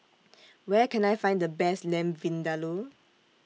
Where Can I Find The Best Lamb Vindaloo